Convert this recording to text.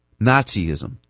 Nazism